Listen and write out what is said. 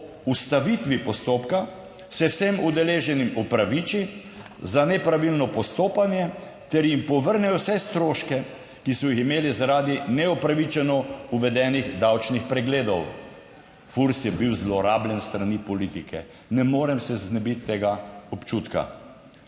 ustavitvi postopka, se vsem udeleženim opraviči za nepravilno postopanje ter jim povrne vse stroške, ki so jih imeli zaradi neupravičeno uvedenih davčnih pregledov. FURS je bil zlorabljen s strani politike. Ne morem se znebiti tega občutka.